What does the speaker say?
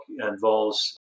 involves